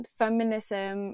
feminism